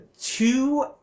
two